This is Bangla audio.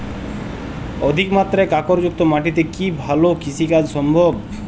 অধিকমাত্রায় কাঁকরযুক্ত মাটিতে কি ভালো কৃষিকাজ সম্ভব?